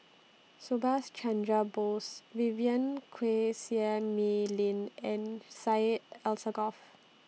Subhas Chandra Bose Vivien Quahe Seah Mei Lin and Syed Alsagoff